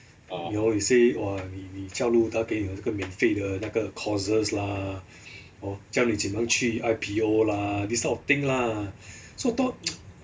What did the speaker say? you know they say !wah! 你你加入他给你免费的那个 courses lah hor 教你怎样去 I_P_O lah ya these type of thing lah so tho~